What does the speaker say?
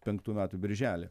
penktų metų birželį